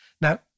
Now